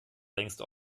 längst